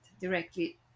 directly